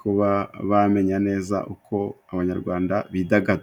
kuba bamenya neza uko Abanyarwanda bidagaduraga.